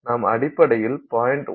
நாம் அடிப்படையில் 0